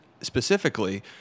specifically